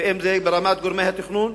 אם זה ברמת גורמי התכנון,